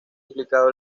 implicado